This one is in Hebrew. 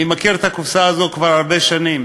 אני מכיר את הקופסה הזאת כבר הרבה שנים,